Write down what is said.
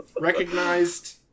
recognized